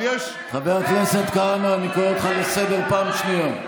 חבר הכנסת כהנא, אני קורא אותך לסדר פעם שנייה.